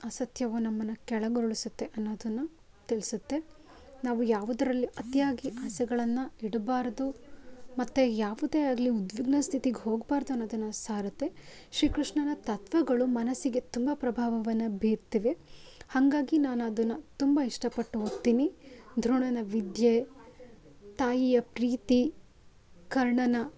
ಅಸತ್ಯವು ನಮ್ಮನ್ನು ಕೆಳಗುರುಳಿಸುತ್ತೆ ಅನ್ನೋದನ್ನ ತಿಳ್ಸುತ್ತೆ ನಾವು ಯಾವುದರಲ್ಲಿ ಅತಿಯಾಗಿ ಆಸೆಗಳನ್ನು ಇಡಬಾರ್ದು ಮತ್ತು ಯಾವುದೇ ಆಗಲಿ ಉದ್ವಿಗ್ನ ಸ್ಥಿತಿಗ್ ಹೋಗಬಾರ್ದು ಅನ್ನೋದನ್ನು ಸಾರುತ್ತೆ ಶ್ರೀ ಕೃಷ್ಣನ ತತ್ವಗಳು ಮನಸ್ಸಿಗೆ ತುಂಬ ಪ್ರಭಾವವನ್ನು ಭೀರ್ತಿವೆ ಹಾಗಾಗಿ ನಾನು ಅದನ್ನು ತುಂಬ ಇಷ್ಟಪಟ್ಟು ಓದ್ತೀನಿ ದ್ರೋಣನ ವಿದ್ಯೆ ತಾಯಿಯ ಪ್ರೀತಿ ಕರ್ಣನ